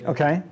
Okay